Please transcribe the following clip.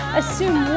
assume